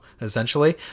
essentially